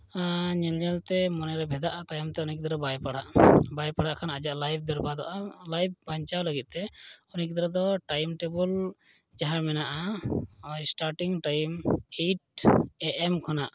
ᱟᱨ ᱧᱮᱞ ᱧᱮᱞᱛᱮ ᱢᱚᱱᱮᱨᱮ ᱵᱷᱮᱫᱟᱜᱼᱟ ᱛᱟᱭᱚᱢᱛᱮ ᱩᱱᱤ ᱜᱤᱫᱽᱨᱟᱹ ᱵᱟᱭ ᱯᱟᱲᱦᱟᱜᱼᱟ ᱵᱟᱭ ᱯᱟᱲᱦᱟᱜ ᱠᱷᱟᱱ ᱟᱡᱟᱜ ᱞᱟᱭᱤᱯᱷ ᱵᱮᱨᱵᱟᱫᱚᱜᱼᱟ ᱞᱟᱭᱤᱯᱷ ᱵᱟᱧᱪᱟᱣ ᱞᱟᱹᱜᱤᱫᱛᱮ ᱩᱱᱤ ᱜᱤᱫᱽᱨᱟᱹ ᱫᱚ ᱴᱟᱭᱤᱢ ᱴᱮᱵᱤᱞ ᱡᱟᱦᱟᱸ ᱢᱮᱱᱟᱜᱼᱟ starting time eight A M ᱠᱷᱚᱱᱟᱜ